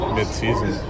mid-season